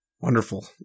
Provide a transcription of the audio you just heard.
Wonderful